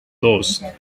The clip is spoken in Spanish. dos